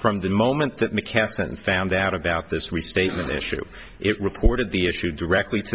from the moment that mckesson found out about this we statement issue it reported the issue directly to